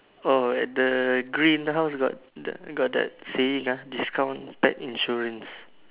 oh at the green house got the got the saying ah discount get insurance